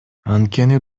анткени